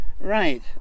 right